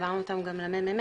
העברנו אותם גם למ.מ.מ.